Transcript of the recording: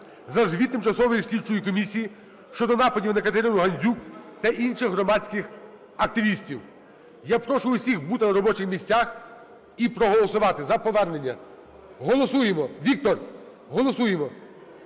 за звіт тимчасової слідчої комісії щодо нападів на Катерину Гандзюк та інших громадських активістів. Я прошу усіх бути на робочих місцях і проголосувати за повернення. Голосуємо. Віктор, голосуємо.